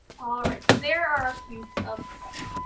all right, so there are our cubes of butter.